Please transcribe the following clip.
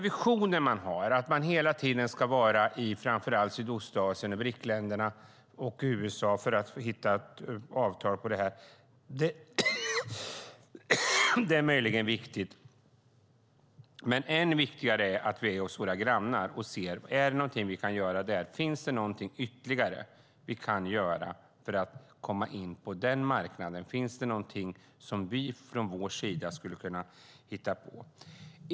Visionen man har, att man hela tiden ska vara i framför allt Sydostasien, BRIC-länderna och USA för att hitta ett avtal på detta är alltså möjligen viktigt, men än viktigare är att vi är hos våra grannar och ser om det finns någonting vi kan göra där. Finns det någonting ytterligare vi kan göra för att komma in på denna marknad? Finns det någonting vi från vår sida skulle kunna hitta på?